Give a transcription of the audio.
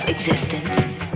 Existence